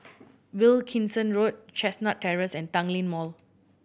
Wilkinson Road Chestnut Terrace and Tanglin Mall